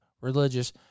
religious